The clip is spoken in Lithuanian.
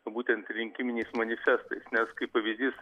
būtent rinkiminiais manifestais nes kaip pavyzdys